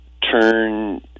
turn